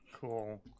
Cool